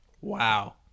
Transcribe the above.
Wow